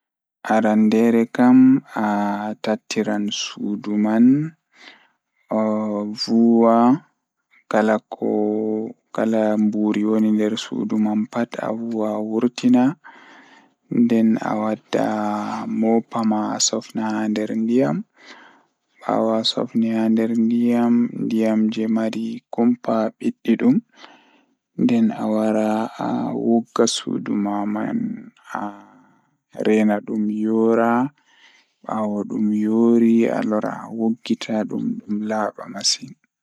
Waawataa waɗude vacuum so tawii nguurndam waawataa waɗtude njiddude e soɓɓi, nde o waɗataa njiddude e dow leñol ngal. Jokkondir vacuum e jaɓɓude waɗde nafoore he ƴettude e ngal toowde ko ɓuri. Ko e nguurndam heɓa ngam fiyaangu, miɗo waɗataa jaɓde to lowre nder room ngal.